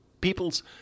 people's